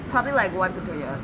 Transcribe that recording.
probably like one to two years